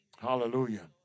Hallelujah